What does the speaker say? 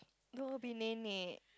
no be nenek